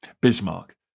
Bismarck